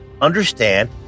understand